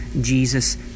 Jesus